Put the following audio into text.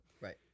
Right